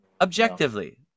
objectively